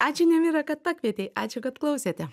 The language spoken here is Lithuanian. ačiū nemira kad pakvietei ačiū kad klausėte